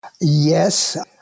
Yes